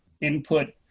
input